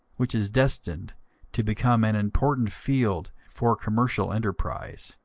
which is destined to become an important field for commercial enterprise.